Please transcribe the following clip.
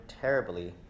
terribly